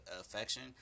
affection